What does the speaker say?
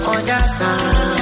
Understand